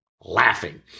laughing